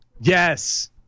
Yes